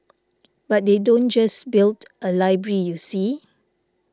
but they don't just build a library you see